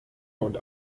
und